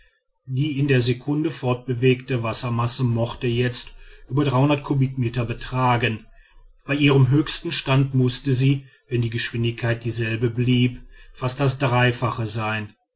die in der sekunde fortbewegte wassermasse mochte jetzt über kubikmeter betragen bei ihrem höchsten stand mußte sie wenn die geschwindigkeit dieselbe blieb fast das dreifache sein